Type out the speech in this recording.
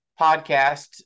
podcast